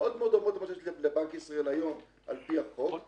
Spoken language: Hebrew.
מאוד דומות למה שיש לבנק ישראל היום על פי החוק.